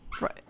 Right